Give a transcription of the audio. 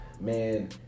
man